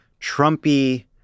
Trumpy